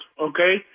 Okay